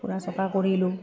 ফুৰা চকা কৰিলোঁ